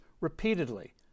repeatedly